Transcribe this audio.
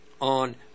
on